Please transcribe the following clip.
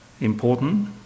important